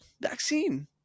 Vaccine